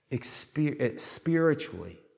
spiritually